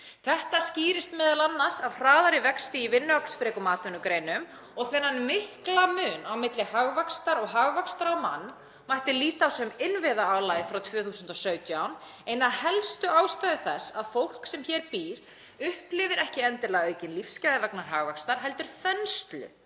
Þetta skýrist m.a. af hraðari vexti í vinnuaflsfrekum atvinnugreinum og þennan mikla mun á milli hagvaxtar og hagvaxtar á mann mætti líta á sem innviðaálagið frá 2017, eina helstu ástæðu þess að fólk sem hér býr upplifir ekki endilega aukin lífsgæði vegna hagvaxtar heldur þenslu